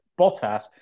Bottas